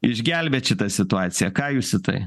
išgelbėt šitą situaciją ką jūs į tai